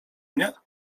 mnie